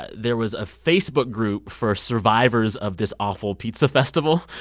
there was a facebook group for survivors of this awful pizza festival.